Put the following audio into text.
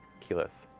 keyleth,